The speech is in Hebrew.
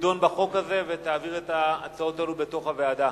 שתדון בחוק הזה ותעביר את ההצעות האלה בתוך הוועדה.